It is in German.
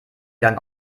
gang